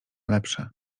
lepsze